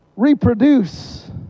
reproduce